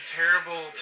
terrible